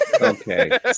Okay